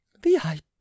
The